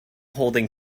holding